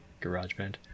GarageBand